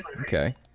okay